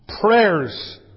prayers